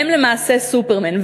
הם למעשה סופרמן.